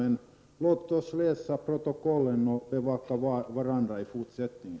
Men låt oss läsa protokollen och bevaka varandra i fortsättningen.